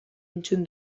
entzun